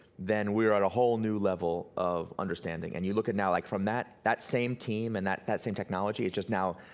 then we are on a whole new level of understanding. and you look at it now like from that that same team and that that same technology, it just now,